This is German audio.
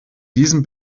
diesem